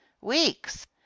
weeks